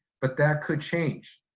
but that could change,